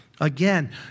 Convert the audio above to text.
Again